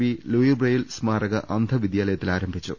B Louis Braille സ്മാരക അന്ധ വിദ്യാലയത്തിൽ ആരംഭി ച്ചു